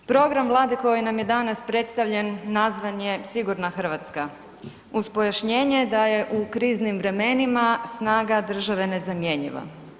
Program Vlade koji nam je danas predstavljen nazvan je „Sigurna Hrvatska“ uz pojašnjenje da u kriznim vremenima snaga države nezamjenjiva.